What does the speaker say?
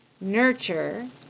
nurture